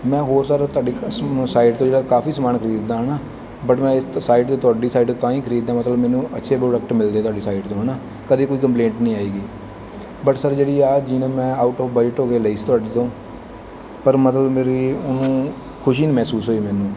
ਮੈਂ ਹੋ ਸਕਦਾ ਤੁਹਾਡੀ ਸਾਇਟ ਤੋਂ ਜਿਹੜਾ ਕਾਫ਼ੀ ਸਮਾਨ ਖਰੀਦਦਾ ਹੈ ਨਾ ਬਟ ਮੈਂ ਇਹ ਸਾਈਟ 'ਤੇ ਤੁਹਾਡੀ ਸਾਈਟ 'ਤੇ ਤਾਂ ਹੀ ਖਰੀਦਦਾ ਮਤਲਬ ਮੈਨੂੰ ਅੱਛੇ ਪ੍ਰੋਡਕਟ ਮਿਲਦੇ ਤੁਹਾਡੀ ਸਾਈਟ ਤੋਂ ਹੈ ਨਾ ਕਦੀ ਕੋਈ ਕੰਪਲੇਂਟ ਨਹੀਂ ਆਈ ਹੈਗੀ ਬਟ ਸਰ ਜਿਹੜੀ ਇਹ ਜੀਨ ਮੈਂ ਆਊਟ ਆਫ ਬਜਟ ਹੋ ਕੇ ਲਈ ਸੀ ਤੁਹਾਡੇ ਤੋਂ ਪਰ ਮਤਲਬ ਮੇਰੀ ਖੁਸ਼ੀ ਨਹੀਂ ਮਹਿਸੂਸ ਹੋਈ ਮੈਨੂੰ